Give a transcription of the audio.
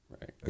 Right